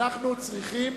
אנחנו צריכים